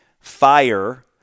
fire